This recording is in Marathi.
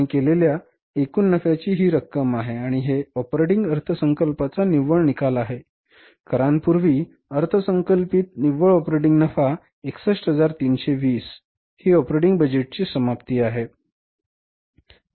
आम्ही केलेल्या एकूण नफ्याची ही एकूण रक्कम आहे आणि हे ऑपरेटिंग अर्थसंकल्पाचा निव्वळ निकाल आहे करांपूर्वी अर्थसंकल्पित निव्वळ ऑपरेटिंग नफा 61320 ऑपरेटिंग बजेटची ही समाप्ती आहे